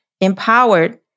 empowered